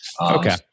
Okay